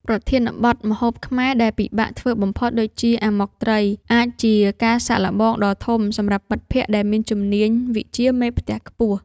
ប្រធានបទ ម្ហូបខ្មែរដែលពិបាកធ្វើបំផុត ដូចជា អាម៉ុកត្រី អាចជាការសាកល្បងដ៏ធំសម្រាប់មិត្តភក្តិដែលមានជំនាញវិជ្ជាមេផ្ទះខ្ពស់។